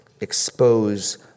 expose